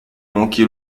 manqué